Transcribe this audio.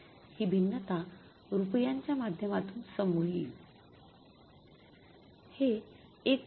हि भिन्नता रुपयांच्या माध्यमातून समोर येईल हे 1